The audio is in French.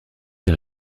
des